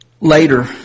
Later